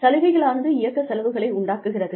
சலுகைகளானது இயக்க செலவுகளை உண்டாக்குகிறது